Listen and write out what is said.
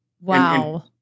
Wow